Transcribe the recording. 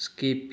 skip